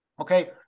Okay